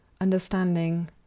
Understanding